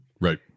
right